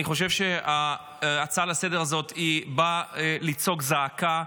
אני חושב שההצעה לסדר-היום הזאת באה לזעוק זעקה.